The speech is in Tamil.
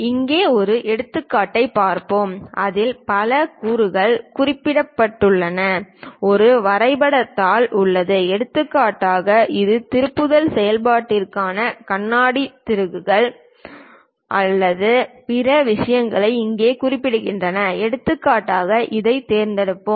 இங்கே ஒரு எடுத்துக்காட்டைப் பார்ப்போம் அதில் பல கூறுகள் குறிப்பிடப்பட்டுள்ள ஒரு வரைபடத் தாள் உள்ளது எடுத்துக்காட்டாக ஒரு திருப்புதல் செயல்பாட்டிற்கான சுண்ணாம்பு திருகுகள் மற்றும் பிற விஷயங்கள் இங்கே குறிப்பிடப்படுகின்றன எடுத்துக்காட்டாக இதைத் தேர்ந்தெடுப்போம்